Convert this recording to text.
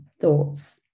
thoughts